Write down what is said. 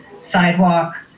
sidewalk